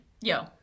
Yo